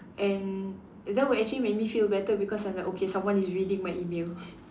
and that would actually make me feel better because I'm like okay someone is reading my email